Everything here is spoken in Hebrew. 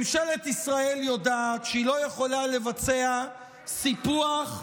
ממשלת ישראל יודעת שהיא לא יכולה לבצע סיפוח פורמלי,